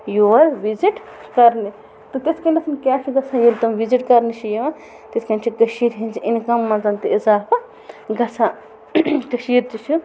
یور visit کرنہِ تہِ تِتھ کٔنٮ۪تھ کیاہ چھُ گژھان ییٚلہِ تِم وِزِٹ کرنہِ چھِ یِوان تِتھ کٔنۍ چھِ کَشیٖرِ منٛزِ اِنکم منٛز تہِ اِضافہٕ گژھان کَشیٖرِ تہٕ چھِ